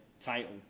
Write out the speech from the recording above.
title